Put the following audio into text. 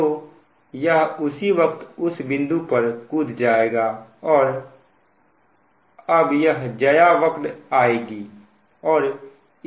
तो यह उसी वक्त उस बिंदु पर कूद जाएगा और अब यह ज्या वक्र आएगी